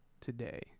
today